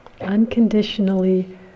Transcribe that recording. Unconditionally